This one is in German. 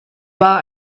war